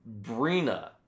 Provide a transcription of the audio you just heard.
Brina